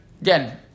Again